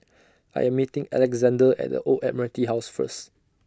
I Am meeting Alexzander At The Old Admiralty House First